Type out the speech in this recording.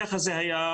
ככה זה היה.